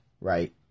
right